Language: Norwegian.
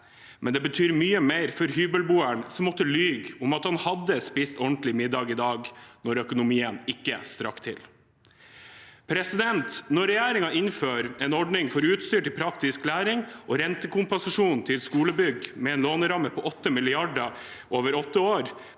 men det betyr mye mer for hybelboeren som måtte lyve om at han hadde spist ordentlig middag når økonomien ikke strakk til. Når regjeringen innfører en ordning for utstyr til praktisk læring og rentekompensasjon til skolebygg med en låneramme på 8 mrd. kr over åtte år,